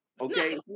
okay